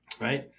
right